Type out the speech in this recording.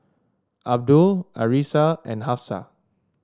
Abdul Arissa and Hafsa